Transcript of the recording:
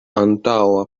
antaŭa